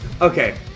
Okay